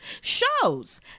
shows